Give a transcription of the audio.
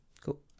Cool